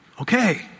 okay